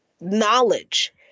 knowledge